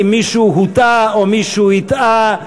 אם מישהו הוטעה או מישהו הטעה,